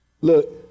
look